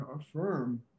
affirm